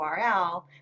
URL